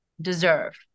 deserve